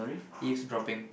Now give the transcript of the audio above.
eavesdropping